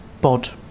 bod